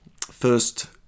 first